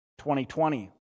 2020